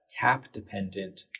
CAP-dependent